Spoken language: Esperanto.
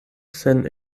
sen